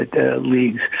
Leagues